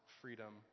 freedom